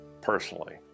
personally